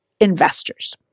investors